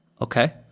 okay